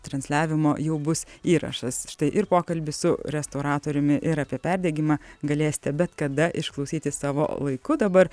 transliavimo jau bus įrašas štai ir pokalbis su restauratoriumi ir apie perdegimą galėsite bet kada išklausyti savo laiku dabar